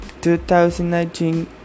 2019